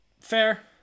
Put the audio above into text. Fair